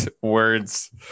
words